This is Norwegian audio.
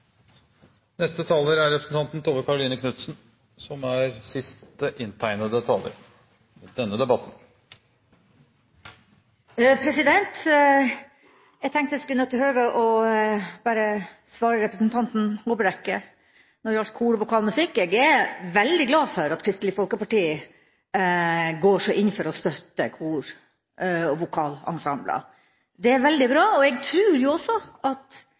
Jeg tenkte jeg skulle nytte høvet til bare å svare representanten Håbrekke når det gjelder kor- og vokalmusikk. Jeg er veldig glad for at Kristelig Folkeparti går så inn for å støtte kor- og vokalensembler. Det er veldig bra. Jeg tror også at